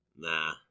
Nah